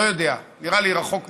לא יודע, נראה לי רחוק מדי.